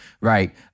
Right